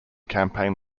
campaign